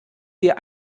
dir